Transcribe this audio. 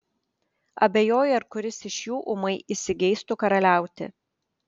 abejoju ar kuris iš jų ūmai įsigeistų karaliauti